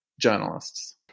journalists